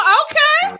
okay